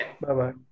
Bye-bye